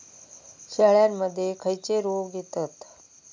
शेळ्यामध्ये खैचे रोग येतत?